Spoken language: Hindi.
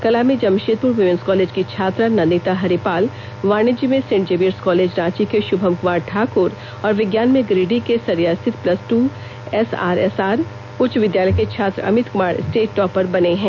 कला में जमशेदपुर वीमेंस कालेज की छात्रा नंदिता हरिपाल वाणिज्य में सेंट जेवियर्स कालेज रांची के शुभम कुमार ठाकुर और विज्ञान में गिरिडीह के सरिया स्थित प्लस दू एसआरएसआर उच्च विद्यालय के छात्र अमित कुमार स्टेट टापर बने हैं